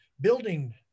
building